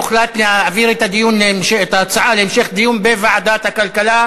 הוחלט להעביר את ההצעה להמשך דיון בוועדת הכלכלה,